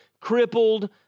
crippled